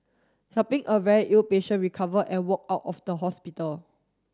helping a very ill patient recover and walk out of the hospital